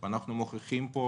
אנחנו מוכיחים פה